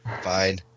Fine